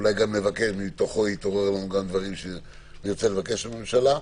אולי גם מתוכו יתעוררו לנו גם דברים שנרצה לבקש מהממשלה.